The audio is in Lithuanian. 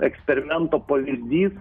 eksperimento pavyzdys